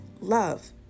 love